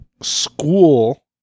school